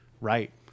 right